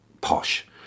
posh